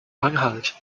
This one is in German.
anhalt